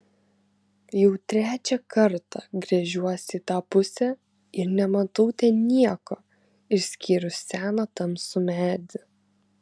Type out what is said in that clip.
jau trečią kartą gręžiuosi į tą pusę ir nematau ten nieko išskyrus seną tamsų medį